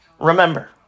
remember